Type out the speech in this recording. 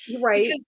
Right